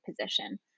position